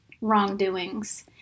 wrongdoings